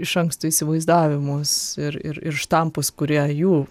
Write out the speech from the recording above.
iš anksto įsivaizdavimus ir ir ir štampus kurie jų